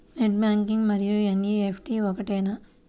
Net banking మరియు NEFT ఒకటేనా?